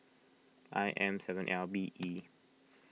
I M seven L B E